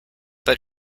but